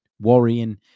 worrying